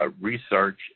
research